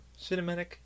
Cinematic